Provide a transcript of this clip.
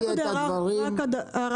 הערה